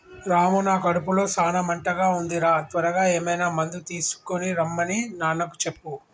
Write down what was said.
రాము నా కడుపులో సాన మంటగా ఉంది రా త్వరగా ఏమైనా మందు తీసుకొనిరమన్ని నాన్నకు చెప్పు